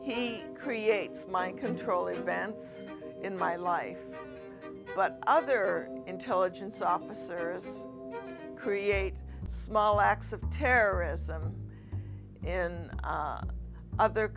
he creates mind control events in my life but other intelligence officers create small acts of terrorism in other